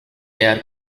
yer